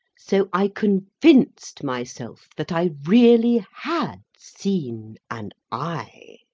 so i convinced myself that i really had seen an eye.